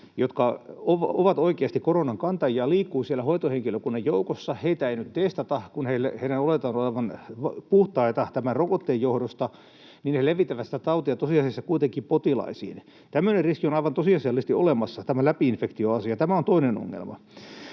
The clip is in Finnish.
jotka ovat oikeasti koronan kantajia, liikkuu siellä hoitohenkilökunnan joukossa, ja kun heitä ei nyt testata, kun heidän oletetaan olevan puhtaita tämän rokotteen johdosta, niin he levittävät sitä tautia tosiasiassa kuitenkin potilaisiin. Tämmöinen riski on aivan tosiasiallisesti olemassa, tämä läpi-infektioasia. Tämä on toinen ongelma.